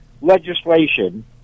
legislation